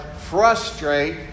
frustrate